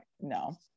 No